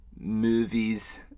movies